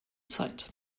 zeit